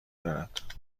دارد